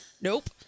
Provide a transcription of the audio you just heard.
Nope